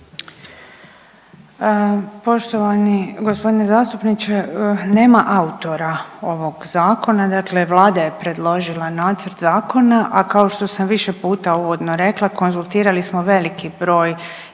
Poštovani g. zastupniče, nema autora ovog zakona, dakle vlada je predložila nacrt zakona, a kao što sam više puta uvodno rekla konzultirali smo veliki broj